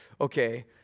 okay